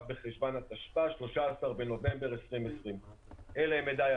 בחשון התשפ"א (13 בנובמבר 2020)." אלה הם מידעיי,